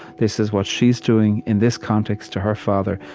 this is what she's doing in this context to her father,